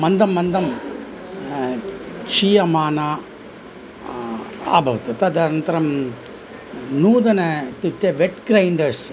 मन्दं मन्दं क्षीयमाना अभवत् तदनन्तरं नूतन इत्युक्ते वेट् क्रैण्डर्स्